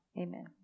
amen